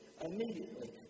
immediately